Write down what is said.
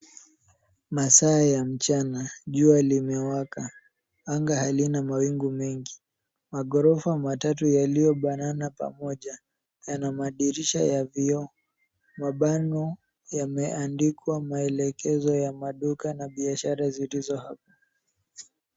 Masaa ya mchana, jua limewaka, anga halina mawingu mengi, maghorofa matatu yaliyobanana pamoja yana madirisha ya vioo. Mabango yameandikwa maelekezo ya maduka na biashara zilizo hapo.